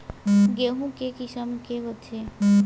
गेहूं के किसम के होथे?